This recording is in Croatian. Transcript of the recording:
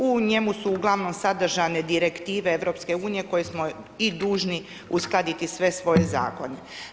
U njemu su uglavnom sadržane direktive EU koje smo i dužni uskladiti sve svoje zakone.